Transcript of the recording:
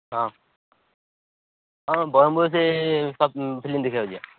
ହଁ ହଁ ବ୍ରହ୍ମପୁରରେ ସେଇ ଫିଲ୍ମ ଦେଖିବାକୁ ଯିବା